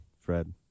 Fred